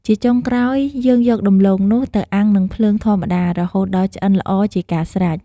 ជាចុងក្រោយ យើងយកដំឡូងនោះ ទៅអាំងនឹងភ្លើងធម្មតារហូតដល់ឆ្អិនល្អជាការស្រេច។